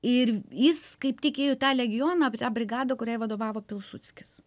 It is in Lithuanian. ir jis kaip tik ėjo į tą legioną arba tą brigadą kuriai vadovavo pilsudskis